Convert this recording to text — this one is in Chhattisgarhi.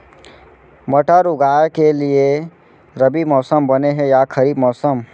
मटर उगाए के लिए रबि मौसम बने हे या खरीफ मौसम?